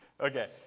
Okay